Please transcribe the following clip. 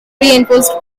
reinforced